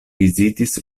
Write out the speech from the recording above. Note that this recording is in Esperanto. vizitis